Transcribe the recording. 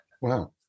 wow